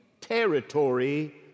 territory